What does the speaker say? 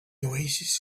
oasis